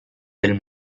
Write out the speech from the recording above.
del